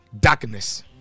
darkness